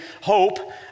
hope